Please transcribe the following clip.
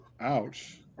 Ouch